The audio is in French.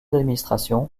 d’administration